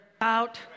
out